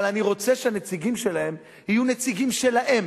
אבל אני רוצה שהנציגים שלהם יהיו נציגים שלהם,